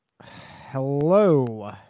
Hello